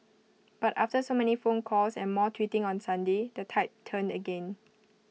but after so many phone calls and more tweeting on Sunday the tide turned again